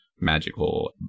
magical